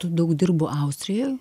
daug dirbu austrijoj